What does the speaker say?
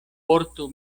portu